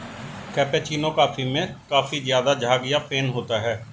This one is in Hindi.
कैपेचीनो कॉफी में काफी ज़्यादा झाग या फेन होता है